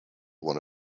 one